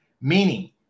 Meaning